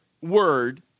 word